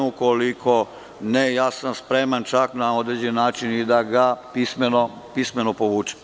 Ukoliko ne, ja sam spreman čak na određen način da ga pismeno povučem.